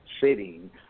sitting